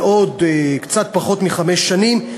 בעוד קצת פחות מחמש שנים,